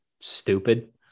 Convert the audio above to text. stupid